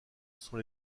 sont